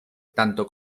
tanto